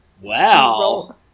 Wow